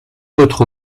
votre